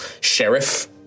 sheriff